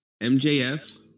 MJF